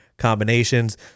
combinations